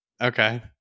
Okay